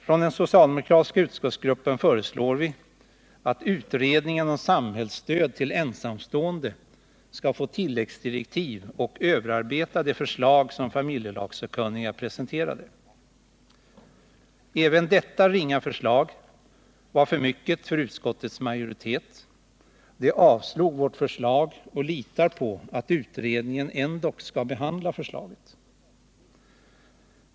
Från den socialdemokratiska utskottsgruppen föreslår vi att utredningen om samhällsstöd till ensamstående skall få tilläggsdirektiv och överarbeta det förslag som familjelagssakkunniga presenterade. Även detta ringa förslag var för mycket för utskottets majoritet. Den avstyrker vårt förslag och litar på att utredningen ändock skall behandla förslaget.